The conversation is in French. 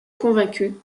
convaincu